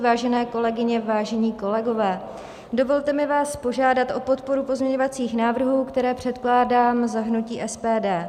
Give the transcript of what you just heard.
Vážené kolegyně, vážení kolegové, dovolte mi vás požádat o podporu pozměňovacích návrhů, které předkládám za hnutí SPD.